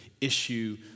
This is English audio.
issue